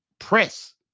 Press